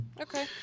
Okay